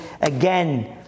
again